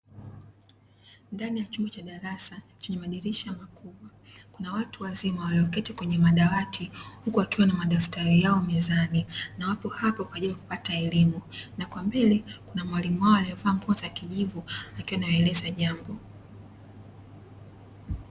Ndani ya chumba cha darasa chenye madirisha makubwa, kuna watu wazima walioketi kwenye madawati huku wakiwa na madaftari yao mezani, na wapo hapa kwa ajili ya kupata elimu na kwa mbele kuna mwalimu wao aliyevaa nguo za kijivu akiwa anawaeleza jambo.